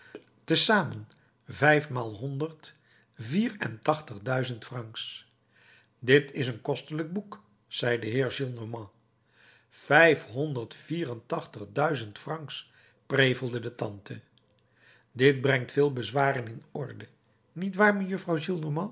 te zamen vijfmaal honderd vier en tachtig duizend francs dit is een kostelijk boek zei de heer gillenormand vijfmaal honderd vier en tachtig duizend francs prevelde de tante dit brengt veel bezwaren in orde niet waar mejuffrouw